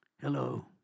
Hello